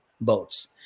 boats